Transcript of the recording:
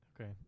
Okay